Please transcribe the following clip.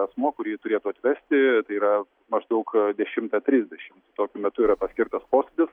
asmuo kurį turėtų atvesti tai yra maždaug dešimtą trisdešimt tokiu metu yra atkirtas posėdis